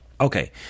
Okay